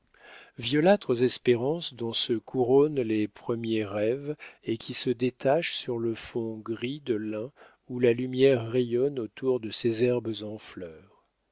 violâtres espérances dont se couronnent les premiers rêves et qui se détachent sur le fond gris de lin où la lumière rayonne autour de ses herbes en fleurs